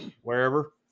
wherever